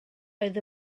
oedd